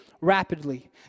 rapidly